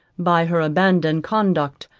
by her abandoned conduct,